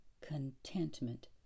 contentment